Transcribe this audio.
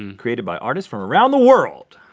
and created by artists from around the world!